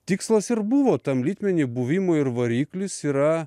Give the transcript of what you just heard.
tikslas ir buvo tam litmeny buvimo ir variklis yra